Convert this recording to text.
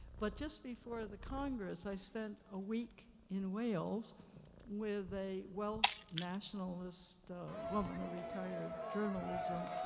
but just before the congress, i spent a week in whales with a welsh nationalist woman, a retired journalism.